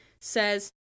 says